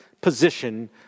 position